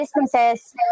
businesses